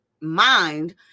mind